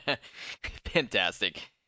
Fantastic